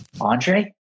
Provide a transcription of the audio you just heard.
Andre